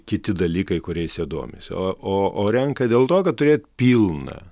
kiti dalykai kuriais jie domisi o o o renka dėl to kad turėt pilną